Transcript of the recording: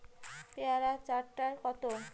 পেয়ারা চার টায় কত?